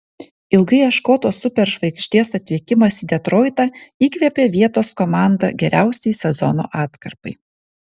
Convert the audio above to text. ilgai ieškotos superžvaigždės atvykimas į detroitą įkvėpė vietos komandą geriausiai sezono atkarpai